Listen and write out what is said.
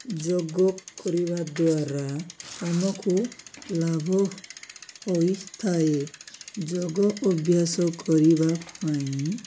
ଯୋଗ କରିବା ଦ୍ୱାରା ଆମକୁ ଲାଭ ହୋଇଥାଏ ଯୋଗ ଅଭ୍ୟାସ କରିବା ପାଇଁ